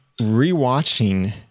rewatching